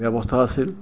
ব্যৱস্থা আছিল